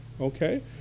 okay